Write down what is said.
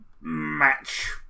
match